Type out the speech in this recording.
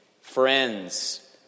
friends